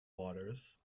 waters